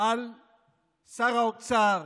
על שר האוצר,